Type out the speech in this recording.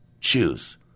Choose